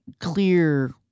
clear